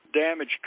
damage